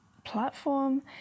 platform